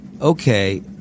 okay